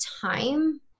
time